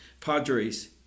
Padres